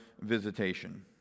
visitation